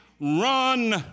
run